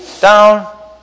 down